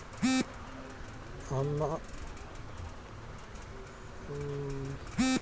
हम्मे पढ़ल न छी हमरा ऋण मिल सकत?